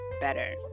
better